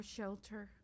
shelter